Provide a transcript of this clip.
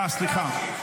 ישראל),